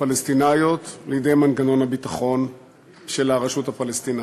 פלסטיניות לידי מנגנון הביטחון של הרשות הפלסטינית,